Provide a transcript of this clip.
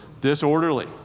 Disorderly